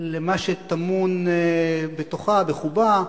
למה שטמון בתוכה, בחובה,